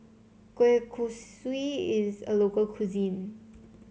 Kueh Kosui is a local cuisine